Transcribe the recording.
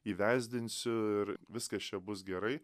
įvesdinsiu ir viskas čia bus gerai